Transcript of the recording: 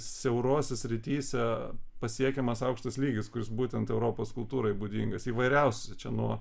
siaurose srityse pasiekiamas aukštas lygis kuris būtent europos kultūrai būdingas įvairiausių čia nuo